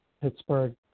Pittsburgh